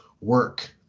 work